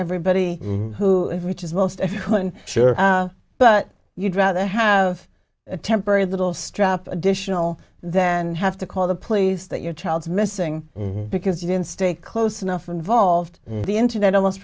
everybody who is rich is most sure but you'd rather have a temporary little strap additional than have to call the police that your child is missing because you didn't stay close enough involved the internet almost